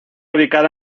ubicada